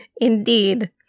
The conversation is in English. Indeed